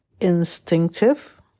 instinctive